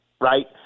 right